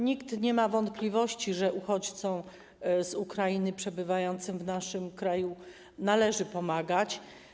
Nikt nie ma wątpliwości, że uchodźcom z Ukrainy przebywającym w naszym kraju należy pomagać.